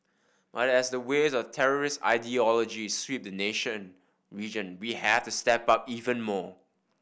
but as the waves of terrorist ideology sweep the nation region we have to step up even more